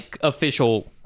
official